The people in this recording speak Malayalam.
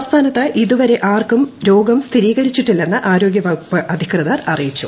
സംസ്ഥാനത്ത് ഇതുവരെ ആർക്കൂം ് രോഗം സ്ഥിരീകരിച്ചിട്ടില്ലെന്ന് ആരോഗ്യവകുപ്പ് അധികൃതർ അറീയിച്ചു